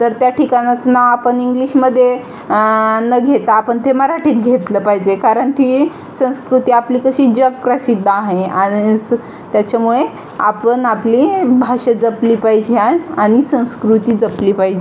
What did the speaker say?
तर त्या ठिकाणाचं नाव आपण इंग्लिशमध्ये न घेता आपण ते मराठीत घेतलं पाहिजे कारण ती संस्कृती आपली कशी जगप्रसिद्ध आहे आणि स् त्याच्यामुळे आपण आपली भाषा जपली पाहिजे आन् आणि संस्कृती जपली पाहिजे